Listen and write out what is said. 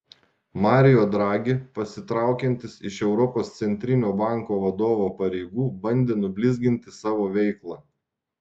mario draghi pasitraukiantis iš europos centrinio banko vadovo pareigų bandė nublizginti savo veiklą